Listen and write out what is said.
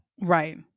right